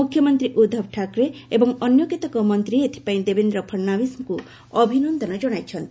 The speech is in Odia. ମୁଖ୍ୟମନ୍ତ୍ରୀ ଉଦ୍ଧବ ଠାକ୍ରେ ଏବଂ ଅନ୍ୟ କେତେକ ମନ୍ତ୍ରୀ ଏଥିପାଇଁ ଦେବେନ୍ଦ୍ର ଫଡ୍ନାଭିସଙ୍କୁ ଅଭିନନ୍ଦନ ଜଣାଇଛନ୍ତି